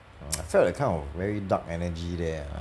I felt that kind of very dark energy there ah